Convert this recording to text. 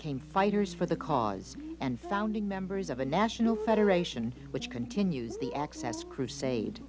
came fighters for the cause and founding members of a national federation which continues the access crusade